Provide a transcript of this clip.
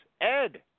Ed